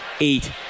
eight